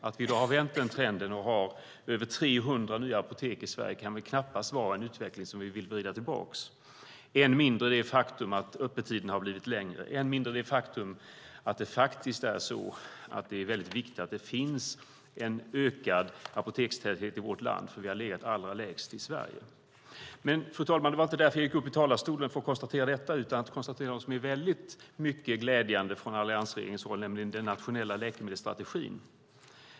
Att vi i dag har vänt den trenden och har mer än 300 nya apotek i Sverige kan knappast vara en utveckling som vi vill vrida tillbaka - än mindre det faktum att öppettiderna har blivit längre. Faktum är att det behövs en ökad apotekstäthet i vårt land, för vi har legat allra lägst i Europa. Fru talman! Det var inte därför jag gick upp i talarstolen utan för att konstatera något som är mycket glädjande från alliansregeringens håll, nämligen den nationella läkemedelsstrategin.